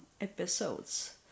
episodes